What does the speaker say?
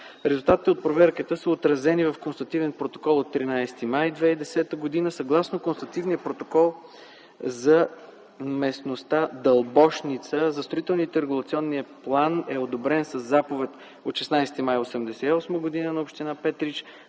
Резултатите от проверката са отразени в Констативен протокол от 13 май 2010 г. Съгласно констативния протокол за местността „Дълбошница” застроителният и регулационен план е одобрен със заповед от 16 май 1988 г. на община Петрич,